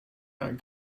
not